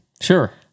Sure